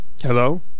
Hello